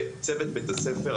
וצוות בית הספר,